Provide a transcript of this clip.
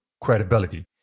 credibility